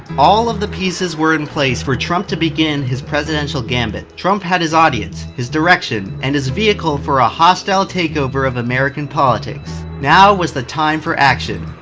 all of the pieces were in place for trump to begin his presidential gambit. trump had his audience, his direction, and his vehicle for a hostile takeover of american politics. now was the time for action.